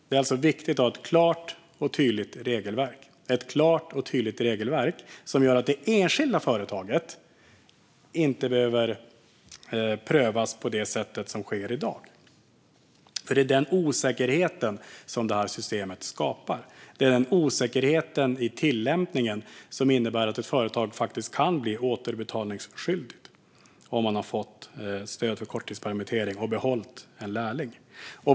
Det är viktigt att ha ett klart och tydligt regelverk som gör att det enskilda företaget inte behöver prövas på det sätt som sker i dag. Den osäkerhet i tillämpningen som systemet skapar innebär att ett företag faktiskt kan bli återbetalningsskyldigt om man har fått stöd för korttidspermittering och behållit en lärling.